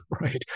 Right